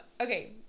okay